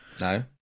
No